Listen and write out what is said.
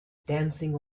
dancing